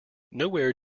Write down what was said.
nowhere